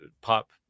pop